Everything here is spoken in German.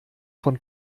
von